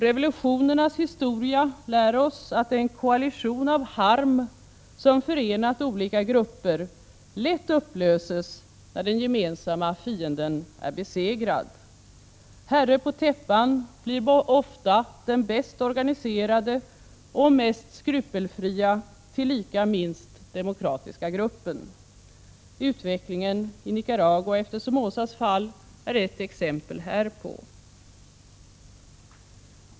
Revolutionernas historia lär oss att en koalition av harm som förenat olika grupper lätt upplöses när den gemensama fienden är besegrad. Herre på täppan blir ofta den bäst organiserade och mest skrupelfria — tillika minst demokratiska — gruppen. Utvecklingen i Nicaragua efter Somozas fall är ett exempel härpå.